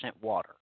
water